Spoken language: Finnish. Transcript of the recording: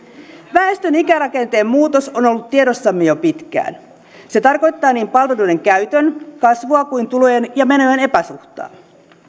väestön ikärakenteen muutos on ollut tiedossamme jo pitkään se tarkoittaa niin palveluiden käytön kasvua kuin myös tulojen ja menojen epäsuhtaa